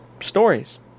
stories